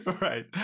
Right